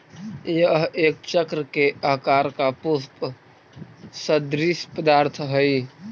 यह एक चक्र के आकार का पुष्प सदृश्य पदार्थ हई